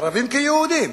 ערבים כיהודים,